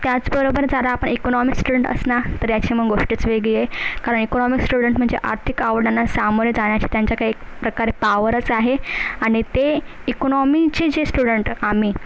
त्याचबरोबर जरा आपण इकोनॉमिक स्टुडंट असना तर याची मग गोष्टच वेगळी आहे कारण ईकोनॉमिक स्टुडंट म्हणजे आर्थिक आव्हानांना सामोरे जाण्याची त्यांच्याक एक प्रकारे पावरच आहे आणि ते ईकोनॉमीचे जे स्टुडंट आम्ही